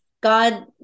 God